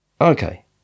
Okay